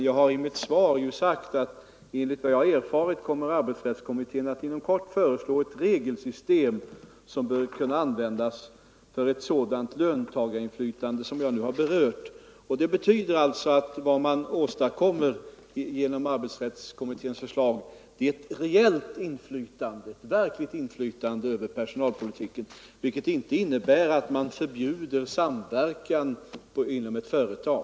Jag har i mitt svar sagt: ”Enligt vad jag har erfarit kommer arbetsrättskommittén att inom kort föreslå ett regelsystem som bl.a. bör kunna användas för ett sådant löntagarinflytande som jag nu har berört.” Det betyder att vad man åstadkommer genom arbetsrättskommitténs förslag är ett reellt inflytande, ett verkligt inflytande, över personalpolitiken. Det innebär inte att man förbjuder samverkan inom ett företag.